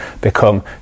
become